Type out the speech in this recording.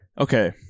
Okay